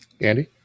Andy